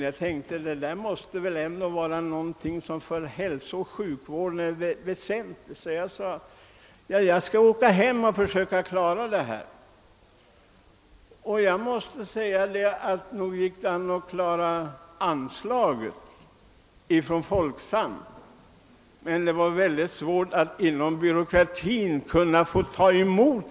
Jag tänkte emellertid att det måste vara någonting som är väsentligt för hälsooch sjukvården, så jag svarade att jag skulle åka hem och försöka klara upp saken. Det visade sig då mycket svårt på grund av byråkratiskt krångel att få ta emot denna gåva, men det gick i alla fall.